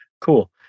cool